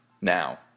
now